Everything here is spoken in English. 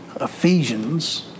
Ephesians